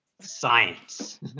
Science